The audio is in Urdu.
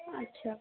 اچھا